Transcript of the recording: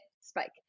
spike